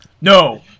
No